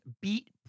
beat